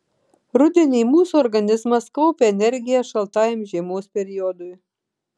rudenį mūsų organizmas kaupia energiją šaltajam žiemos periodui